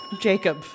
Jacob